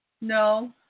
No